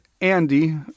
Andy